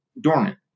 dormant